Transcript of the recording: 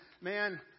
man